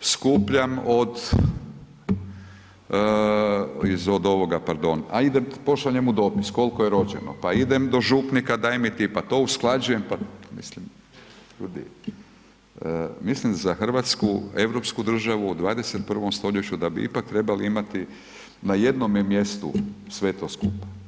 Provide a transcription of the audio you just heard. skupljam od, iz, od ovoga pardon, ajde da pošaljemo dopis kolko je rođeno, pa idem do župnika daj mi ti, pa to usklađujem, pa mislim ljudi, mislim za RH, europsku državu u 21. stoljeću da bi ipak trebali imati na jednome mjestu sve to skupa.